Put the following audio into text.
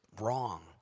wrong